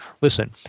Listen